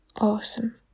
Awesome